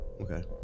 Okay